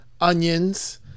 onions